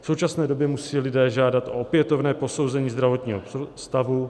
V současné době musí lidé žádat o opětovné posouzení zdravotního stavu.